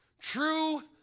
True